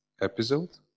episode